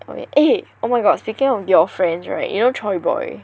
oh wait eh oh my god speaking of your friends right you know Choy Boy